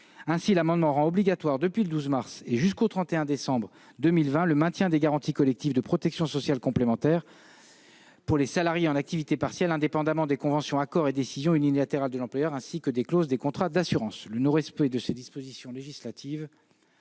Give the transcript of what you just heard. Ainsi, cet amendement tend à rendre obligatoire, depuis le 12 mars et jusqu'au 31 décembre 2020, le maintien des garanties collectives de protection sociale complémentaire pour les salariés en activité partielle, indépendamment des conventions, accords et décisions unilatérales de l'employeur, ainsi que des clauses des contrats d'assurance. Le non-respect de ces dispositions législatives